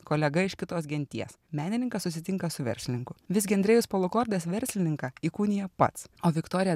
kolega iš kitos genties menininkas susitinka su verslininku visgi andrejus polukordas verslininką įkūnija pats o viktorija